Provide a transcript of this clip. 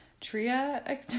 Tria